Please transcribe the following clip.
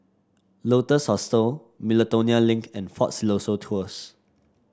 Lotus Hostel Miltonia Link and Fort Siloso Tours